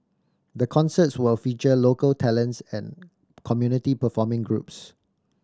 the concerts will feature local talents and community performing groups